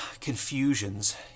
confusions